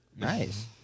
Nice